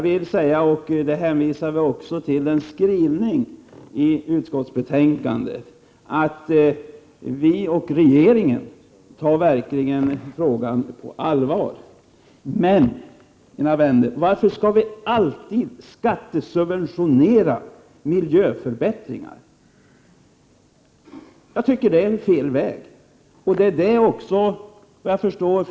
Vi socialdemokrater i utskottet och regeringen tar verkligen denna fråga på allvar, detta framgår också av skrivningen i utskottets betänkande. Men, mina vänner, varför skall vi alltid skattesubventionera miljöförbättringar? Jag menar att det är fel väg. Finansministern har också givit uttryck för detta, Prot.